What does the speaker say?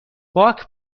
باک